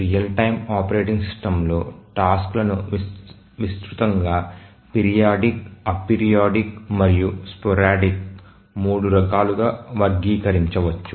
real time operating సిస్టమ్లో task లను విస్తృతంగా పిరియోడిక్ అపిరియోడిక్ మరియు స్పోరాడిక్ మూడు రకాలుగా వర్గీకరించవచ్చు